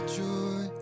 joy